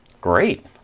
Great